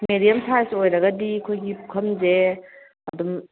medium size ꯑꯣꯏꯔꯒꯗꯤ ꯑꯩꯈꯣꯏꯒꯤ ꯄꯨꯈꯝꯖꯦ ꯑꯗꯨꯝ